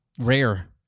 rare